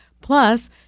Plus